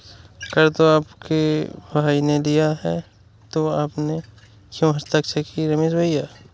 कर तो आपके भाई ने लिया है तो आपने क्यों हस्ताक्षर किए रमेश भैया?